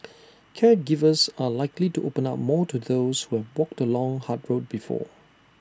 caregivers are likely to open up more to those who have walked the long hard road before